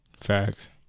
Facts